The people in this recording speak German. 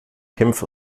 kämpft